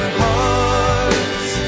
hearts